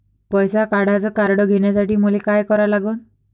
पैसा काढ्याचं कार्ड घेण्यासाठी मले काय करा लागन?